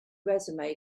resume